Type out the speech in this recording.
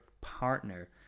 Partner